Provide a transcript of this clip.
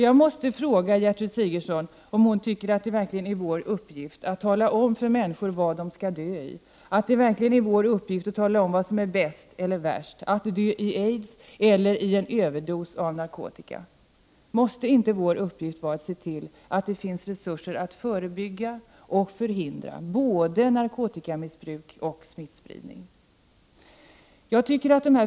Jag måste fråga Gertrud Sigurdsen om hon tycker att det verkligen är vår uppgift att tala om för människor vad de skall dö i, om det verkligen är vår uppgift att tala om vad som är bäst eller värst, att dö i aids eller av en överdos av narkotika? Måste inte vår uppgift vara att se till att det finns resurser att förebygga och förhindra både narkotikamissbruk och smittspridning?